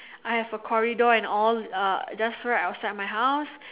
I have a corridor and all uh just right outside my house